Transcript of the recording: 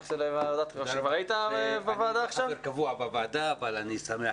אני לא חבר קבוע בוועדה אבל אני שמח